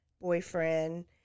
boyfriend